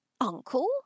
uncle